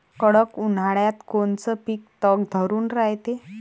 कडक उन्हाळ्यात कोनचं पिकं तग धरून रायते?